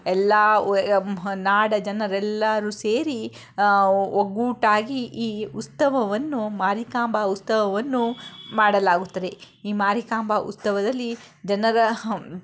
ಎಲ್ಲ ನಾಡ ಜನರೆಲ್ಲರೂ ಸೇರಿ ಒಗ್ಗಟ್ಟಾಗಿ ಈ ಉತ್ಸವವನ್ನು ಮಾರಿಕಾಂಬಾ ಉತ್ಸವವನ್ನು ಮಾಡಲಾಗುತ್ತದೆ ಈ ಮಾರಿಕಾಂಬಾ ಉತ್ಸವದಲ್ಲಿ ಜನರ